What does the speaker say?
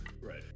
Right